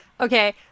okay